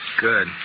Good